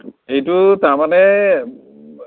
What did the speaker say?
এইটো তাৰমানে